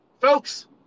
Folks